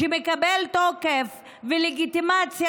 שמקבל תוקף ולגיטימציה,